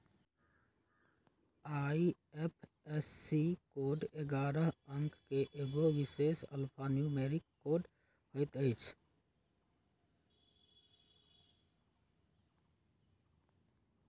IFSC code ऐगारह अंक के एगो विशेष अल्फान्यूमैरिक कोड होइत हइ